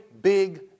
big